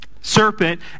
serpent